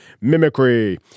Mimicry